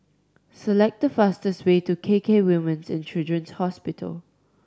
select the fastest way to K K Women's And Children's Hospital